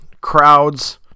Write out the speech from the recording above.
crowds